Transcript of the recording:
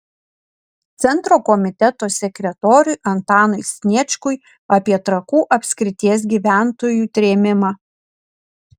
centro komiteto sekretoriui antanui sniečkui apie trakų apskrities gyventojų trėmimą